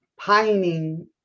pining